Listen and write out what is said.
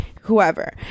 whoever